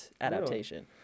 adaptation